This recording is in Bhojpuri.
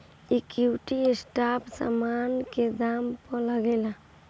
इक्विटी स्टाक समान के दाम पअ लागेला